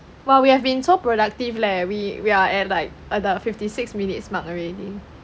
!wah! we have been so productive leh we are at the fifty six minutes mark already